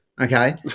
Okay